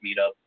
meetup